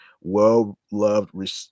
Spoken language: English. well-loved